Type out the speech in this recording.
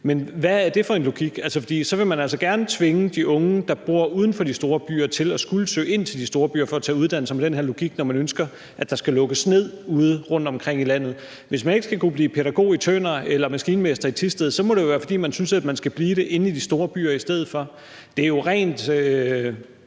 Men hvad er det for en logik? For så vil man med den her logik altså gerne tvinge de unge, der bor uden for de store byer, til at skulle søge ind til de store byer for at tage uddannelser, når man ønsker, at der skal lukkes ned ude rundtomkring i landet. Hvis man ikke skal kunne blive pædagog i Tønder eller maskinmester i Thisted, må det jo være, fordi man synes, at man skal blive det inde i de store byer i stedet for. Det er jo ren